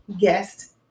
guest